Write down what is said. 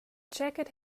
jacket